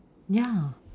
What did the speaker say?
ya